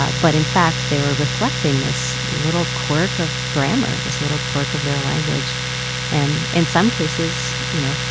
ah but, in fact, they were reflecting this little quirk of grammar, this little quirk of their language and in some cases, you know,